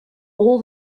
all